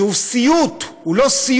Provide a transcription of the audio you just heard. שהוא סיוט, הוא לא סיעוד,